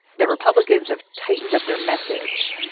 that republicans have tightened up their message.